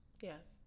Yes